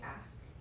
ask